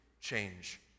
change